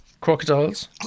Crocodiles